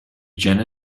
jena